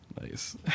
Nice